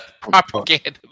propaganda